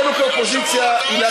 תפקידינו כאופוזיציה, אני לא שבור.